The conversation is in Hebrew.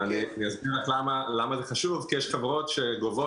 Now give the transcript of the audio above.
אסביר למה זה חשוב: כי יש חברות שגובות